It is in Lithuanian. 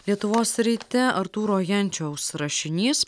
lietuvos ryte artūro jančiaus rašinys